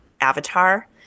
avatar